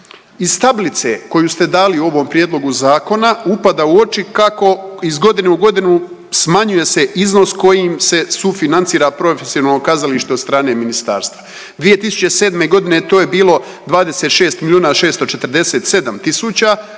Iz tablice koju ste dali u ovom Prijedlogu zakona, upada u oči kako iz godine u godinu smanjuje se iznos kojim se sufinancira profesionalno kazalište od strane Ministarstva. 2007. g. to je bilo 27 647 000,